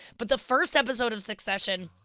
but the first episode of succession,